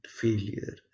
failure